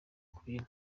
kubyina